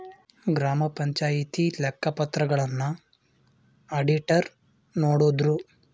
ಗ್ರಾಮ ಪಂಚಾಯಿತಿ ಲೆಕ್ಕ ಪತ್ರಗಳನ್ನ ಅಡಿಟರ್ ನೋಡುದ್ರು